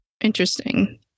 Interesting